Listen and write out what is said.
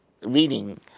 reading